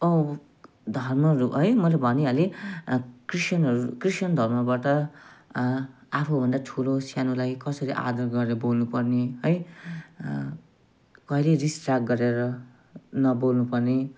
त हामीहरू है मैले भनिहालेँ क्रिस्चियनहरू क्रिस्चियन धर्मबाट आफूभन्दा ठुलो सानोलाई कसरी आदर गरेर बोल्नुपर्ने है कहिले रिसराग गरेर नबोल्नुपर्ने